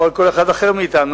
או על כל אחד אחר מאתנו,